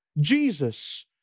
Jesus